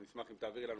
אני אשמח שתעבירי אלינו,